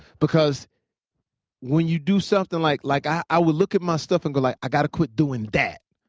because when you do something, like like i i would look at my stuff and be like, i gotta quit doing that.